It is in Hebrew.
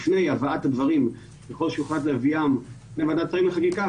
לפני הבאת הדברים ככל שיוחלט להביאם לוועדת שרים לחקיקה,